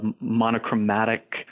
monochromatic